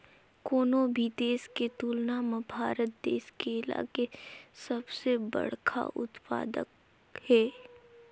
कोनो भी देश के तुलना म भारत देश केला के सबले बड़खा उत्पादक हे